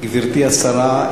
גברתי השרה,